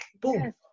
boom